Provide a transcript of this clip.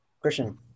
Christian